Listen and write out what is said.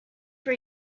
for